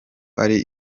ari